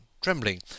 trembling